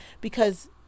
because-